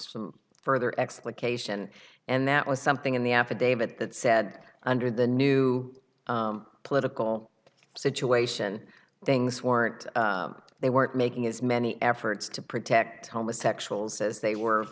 some further explication and that was something in the affidavit that said under the new political situation things weren't they weren't making as many efforts to protect homosexuals as they were